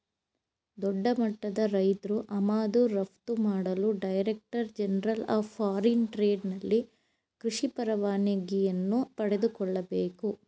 ದೊಡ್ಡಮಟ್ಟದ ರೈತ್ರು ಆಮದು ರಫ್ತು ಮಾಡಲು director general of foreign trade ನಲ್ಲಿ ಕೃಷಿ ಪರವಾನಿಗೆಯನ್ನು ಪಡೆದುಕೊಳ್ಳಬೇಕು